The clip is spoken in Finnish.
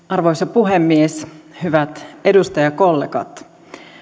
arvoisa puhemies hyvät edustajakollegat